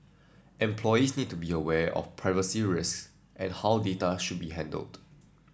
employees need to be aware of privacy risks and how data should be handled